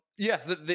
Yes